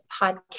podcast